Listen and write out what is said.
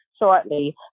shortly